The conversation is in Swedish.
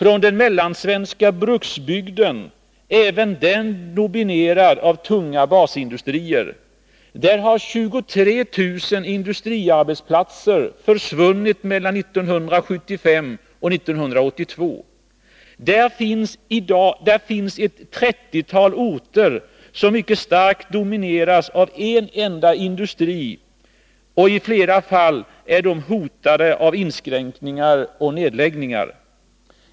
I den mellansvenska bruksbygden, även den dominerad av tunga basindustrier, har 23000 industriarbetstillfällen försvunnit mellan 1975 och 1982. Där finns ett trettiotal orter som mycket starkt domineras av en enda industri — i flera fall hotade av inskränkningar och nedläggningar.